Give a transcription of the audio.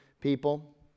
people